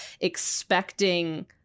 expecting